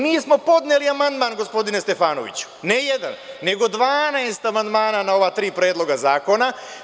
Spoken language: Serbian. Mi smo podneli amandman, gospodine Stefanoviću, ne jedan nego dvanaest amandmana na ova tri predloga zakona.